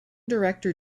director